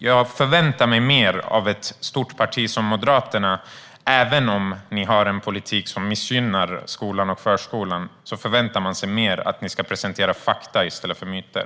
Jag förväntar mig mer av ett stort parti som Moderaterna. Även om ni har en politik som missgynnar skolan och förskolan förväntar man sig att ni ska presentera fakta i stället för myter.